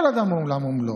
כל אדם הוא עולם ומלואו,